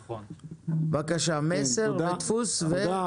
בבקשה, דפוס "מסר"